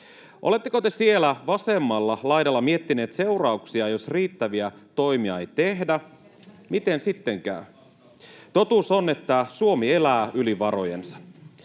Oletteko te siellä vasemmalla laidalla miettineet seurauksia, jos riittäviä toimia ei tehdä? Miten sitten käy? Totuus on, että Suomi elää yli varojensa.